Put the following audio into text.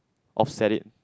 offset it